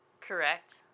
Correct